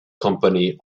company